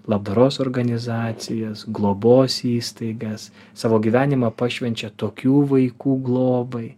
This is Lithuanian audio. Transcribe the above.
labdaros organizacijas globos įstaigas savo gyvenimą pašvenčia tokių vaikų globai